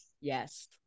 Yes